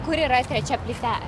kur yra trečia plyte